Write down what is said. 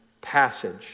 passage